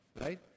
right